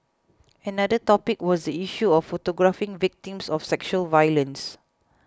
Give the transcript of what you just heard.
another topic was the issue of photographing victims of sexual violence